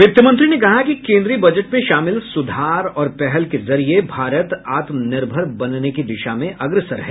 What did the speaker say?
वित्तमंत्री ने कहा कि केन्द्रीय बजट में शामिल सुधार और पहल के जरिये भारत आत्मनिर्भर बनने की दिशा में अग्रसर है